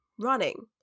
running